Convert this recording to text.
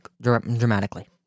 dramatically